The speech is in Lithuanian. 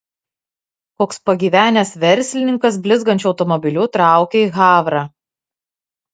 koks pagyvenęs verslininkas blizgančiu automobiliu traukia į havrą